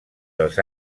dels